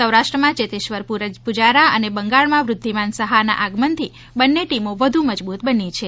સૌરાષ્ટ્રમાં ચેતેશ્વર પુજારા અને બંગાળમાં વૃદ્ધિમાન સહા ના આગમનથી બંને ટીમો વધુ મજબૂત બની છે